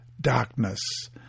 darkness